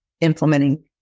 implementing